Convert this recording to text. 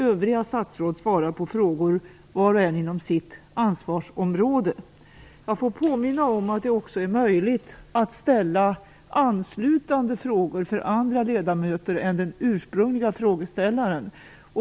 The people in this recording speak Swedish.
Övriga statsråd svarar på frågor var och en inom sitt ansvarsområde. Jag får påminna om att det också är möjligt att ställa anslutande frågor för andra ledamöter än den ursprungliga frågeställaren.